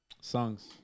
songs